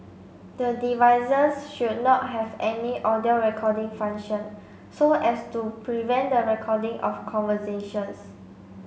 the devices should not have any audio recording function so as to prevent the recording of conversations